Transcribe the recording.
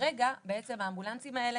כרגע בעצם האמבולנסים האלה,